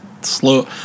slow